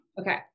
Okay